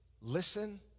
listen